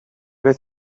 get